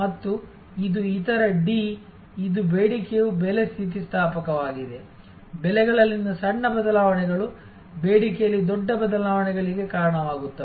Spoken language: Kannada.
ಮತ್ತು ಇದು ಇತರ ಬೇಡಿಕೆಯು ಬೆಲೆ ಸ್ಥಿತಿಸ್ಥಾಪಕವಾಗಿದೆ ಬೆಲೆಗಳಲ್ಲಿನ ಸಣ್ಣ ಬದಲಾವಣೆಗಳು ಬೇಡಿಕೆಯಲ್ಲಿ ದೊಡ್ಡ ಬದಲಾವಣೆಗಳಿಗೆ ಕಾರಣವಾಗುತ್ತವೆ